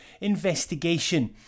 investigation